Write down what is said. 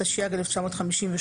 התשי"ג 1953,